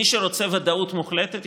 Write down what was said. מי שרוצה ודאות מוחלטת,